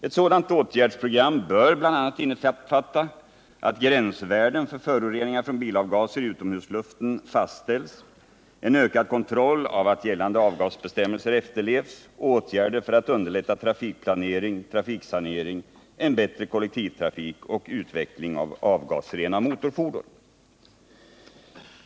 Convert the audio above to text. Ett sådant åtgärdsprogram bör bl.a. innefatta att gränsvärden för föroreningar från bilavgaser i utomhusluften fastställs, en ökad kontroll av att gällande avgasbestämmelser efterlevs och åtgärder för att underlätta trafikplanering och trafiksanering samt en bättre kollektiv trafik och utveckling av avgasrena motorfordon.